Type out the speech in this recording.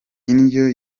indyo